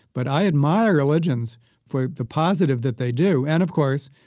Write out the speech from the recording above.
but i admire religions for the positive that they do. and, of course,